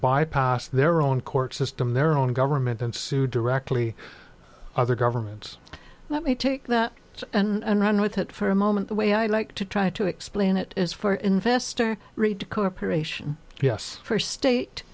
bypass their own court system their own government and sue directly other governments that may take that and run with it for a moment the way i'd like to try to explain it is for investor read corporation yes for state